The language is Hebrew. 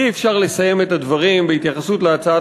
אי-אפשר לסיים את הדברים בהתייחסות להצעת